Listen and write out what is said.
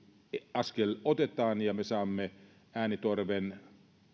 askel otetaan ja me saamme äänitorven